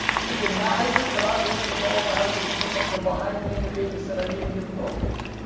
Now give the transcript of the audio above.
he denies it, but i believe with all my heart that he came up from behind me in the game and said i need a new boat,